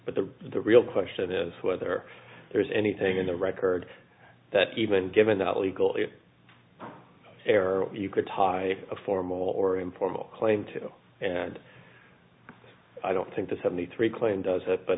but the the real question is whether there's anything in the record that even given that legal error you could tie a formal or informal claim to and i don't think the seventy three claim does that but